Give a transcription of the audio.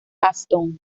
aston